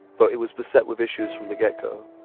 but it was beset with issues from the get-go.